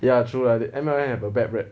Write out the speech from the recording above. ya true lah the M_L_M is a bad word